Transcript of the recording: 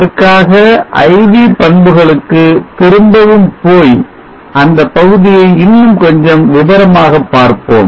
அதற்காக IV பண்புகளுக்கு திரும்பவும் போய் அந்தப்பகுதியை இன்னும் கொஞ்சம் விவரமாக பார்ப்போம்